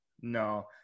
No